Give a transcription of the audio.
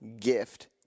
gift